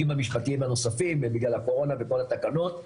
המשפטיים הנוספים עם הקורונה וכל התקנות,